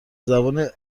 زبان